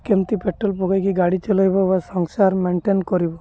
କେମିତି ପେଟ୍ରୋଲ୍ ପକାଇକି ଗାଡ଼ି ଚଲାଇବ ବା ସଂସାର ମେଣ୍ଟେନ୍ କରିବ